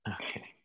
Okay